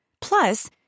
Plus